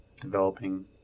developing